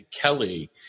Kelly